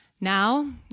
Now